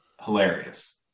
hilarious